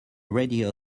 radio